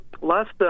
last